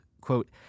quote